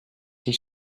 his